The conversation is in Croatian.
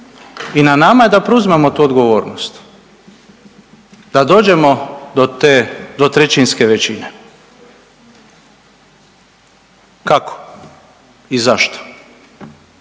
i na nama je da preuzmemo tu odgovornost, da dođemo do te dvotrećinske većine. Kako i zašto?